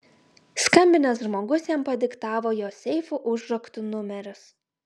skambinęs žmogus jam padiktavo jo seifų užraktų numerius